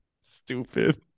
stupid